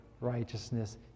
righteousness